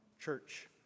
church